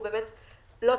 הוא לא טריוויאלי.